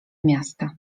miasta